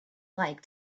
like